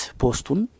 postun